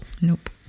Nope